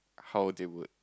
how they would